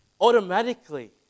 automatically